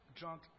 drunk